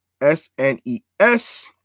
SNES